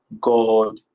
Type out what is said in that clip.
God